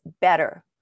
better